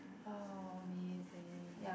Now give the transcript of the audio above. how amazing